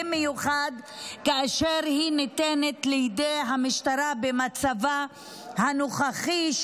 במיוחד כאשר היא ניתנת לידי המשטרה במצבה הנוכחי.